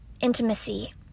intimacy